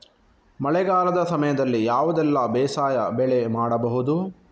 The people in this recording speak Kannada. ಮಳೆಗಾಲದ ಸಮಯದಲ್ಲಿ ಯಾವುದೆಲ್ಲ ಬೇಸಾಯ ಬೆಳೆ ಮಾಡಬಹುದು?